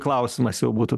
klausimas jau būtų